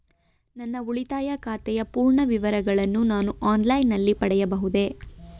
ನನ್ನ ಉಳಿತಾಯ ಖಾತೆಯ ಪೂರ್ಣ ವಿವರಗಳನ್ನು ನಾನು ಆನ್ಲೈನ್ ನಲ್ಲಿ ಪಡೆಯಬಹುದೇ?